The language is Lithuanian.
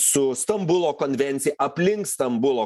su stambulo konvencija aplink stambulo